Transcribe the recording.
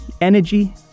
energy